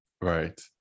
Right